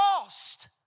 lost